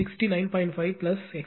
5 XC 2 61000